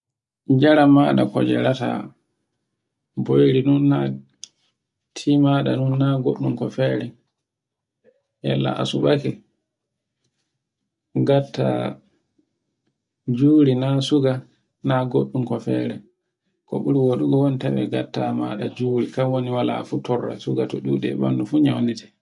jaran maɗa ko njarata, boyri ɗum ma timaɗa nun na gottum ko fere yalla a subake, ngatta juri na suga, na goɗɗum no fere,. Ko ɓuri wodugo won tawe gatta maɗa juri, kan woni wala fu to torra suga to ɗuɗi ɓandu fu naunata.